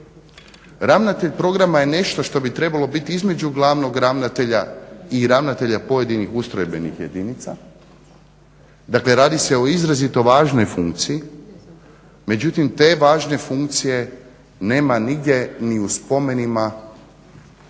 Ravnatelj programa je nešto što bi trebalo biti između glavnog ravnatelja i ravnatelja pojedinih ustrojbenih jedinica. Dakle radi se o izrazito važnoj funkciji, međutim te važna funkcije nema nigdje ni u spomenima